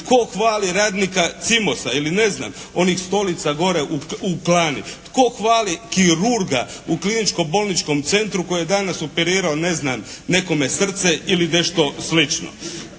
Tko hvali radnika "Simosa" ili ne znam onih stolica gore u "Plani"? Tko hvali kirurga u kliničkom bolničkom centru koji je danas operirao ne znam nekome srce ili nešto slično?